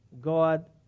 God